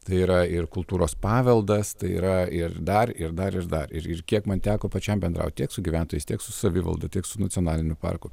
tai yra ir kultūros paveldas tai yra ir dar ir dar ir dar ir ir kiek man teko pačiam bendraut tiek su gyventojais tiek su savivalda tiek su nacionaliniu parku